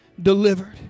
delivered